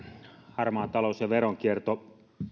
harmaa talous ja veronkierto